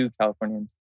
Californians